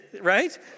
right